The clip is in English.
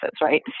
right